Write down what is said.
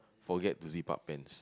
forget to zip up pants